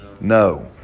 No